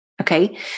Okay